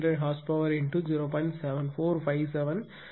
P500 hp0